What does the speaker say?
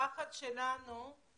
הפחד שלנו הוא